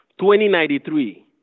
2093